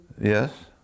Yes